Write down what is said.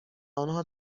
آنها